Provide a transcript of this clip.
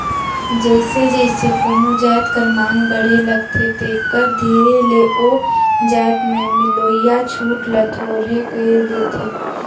जइसे जइसे कोनो जाएत कर मांग बढ़े लगथे तेकर धीरे ले ओ जाएत में मिलोइया छूट ल थोरहें कइर देथे